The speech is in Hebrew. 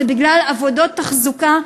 זה בגלל עבודות תחזוקה,